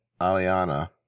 Aliana